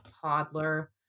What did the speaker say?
toddler